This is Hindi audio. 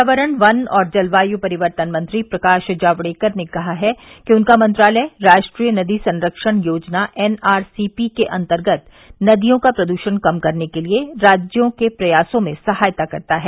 पर्यावरण वन और जलवायु परिवर्तन मंत्री प्रकाश जावडेकर ने कहा है कि उनका मंत्रालय राष्ट्रीय नदी संरक्षण योजना एन आर सी पी के अंतर्गत नदियों का प्रदूषण कम करने के लिए राज्यों के प्रयासों में सहायता करता है